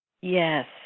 Yes